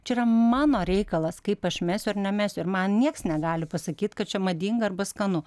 čia yra mano reikalas kaip aš mesiu ar nemesiu ir man nieks negali pasakyt kad čia madinga arba skanu